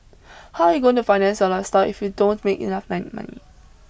how are you going to finance your lifestyle if you don't make enough like money